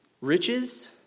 Riches